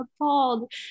appalled